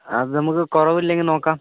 അതു നമുക്ക് കുറവില്ലെങ്കിൽ നോക്കാം